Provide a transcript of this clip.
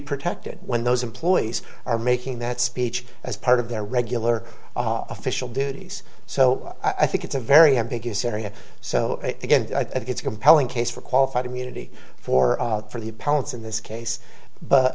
protected when those employees are making that speech as part of their regular official duties so i think it's a very ambiguous area so again i think it's a compelling case for qualified immunity for for the parents in this case but